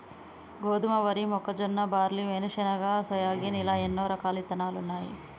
గోధుమ, వరి, మొక్కజొన్న, బార్లీ, వేరుశనగ, సోయాగిన్ ఇలా ఎన్నో రకాలు ఇత్తనాలున్నాయి